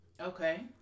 Okay